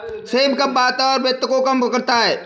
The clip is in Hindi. सेम कफ, वात और पित्त को कम करता है